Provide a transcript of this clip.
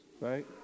right